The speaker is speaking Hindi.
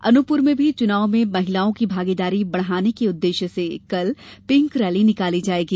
अनूपपुर में भी चुनाव में महिलाओं की भागीदारी बढ़ाने के उद्वेश्य से कल पिंक रैली निकाली जायेगी